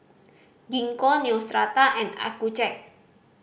Gingko Neostrata and Accucheck